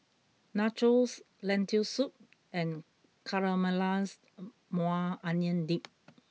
Nachos Lentil Soup and Caramelized Maui Onion Dip